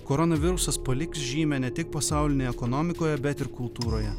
koronavirusas paliks žymę ne tik pasaulinėje ekonomikoje bet ir kultūroje